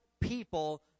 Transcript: people